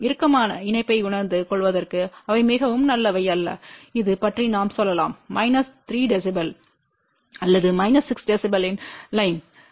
இறுக்கமான இணைப்பை உணர்ந்து கொள்வதற்கு அவை மிகவும் நல்லவை அல்ல இது பற்றி நாம் சொல்லலாம் மைனஸ் 3 dB அல்லது மைனஸ் 6 dB இன் லைன்சை